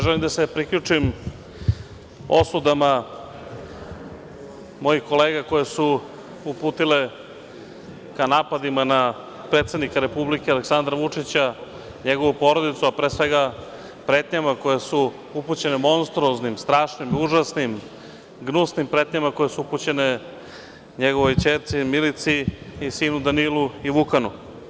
Želim da se priključim osudama mojih kolega koje su uputile ka napadima na predsednika Republike Aleksandra Vučića, njegovu porodicu, a pre svega, monstruoznim, strašnim, užasnim, gnusnim pretnjama koje su upućene njegovoj ćerci, Milici i sinu Danilu i Vukanu.